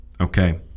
Okay